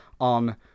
on